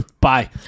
Bye